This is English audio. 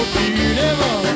beautiful